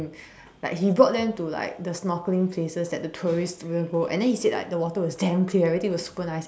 like he brought them to like the snorkeling places that the tourist student go and then he said that the water was damn clear everything was super nice and